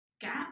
gap